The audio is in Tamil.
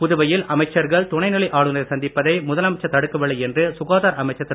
புதுவையில் அமைச்சர்கள் துணைநிலை ஆளுநரை சந்திப்பதை முதலமைச்சர் தடுக்கவில்லை என்று சுகாதார அமைச்சர் திரு